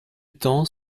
temps